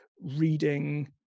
reading